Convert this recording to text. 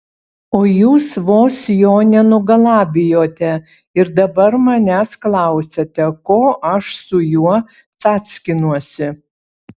o jūs vos jo nenugalabijote ir dabar manęs klausiate ko aš su juo cackinuosi